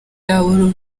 yabo